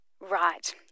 Right